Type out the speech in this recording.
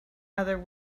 other